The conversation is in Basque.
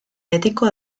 betiko